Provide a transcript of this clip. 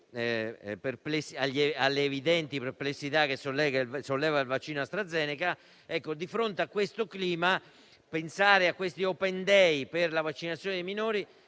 alle evidenti perplessità che solleva il vaccino AstraZeneca. Di fronte a questo clima, pensare agli *open day* per la vaccinazione dei minori